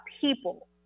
people